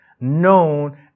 known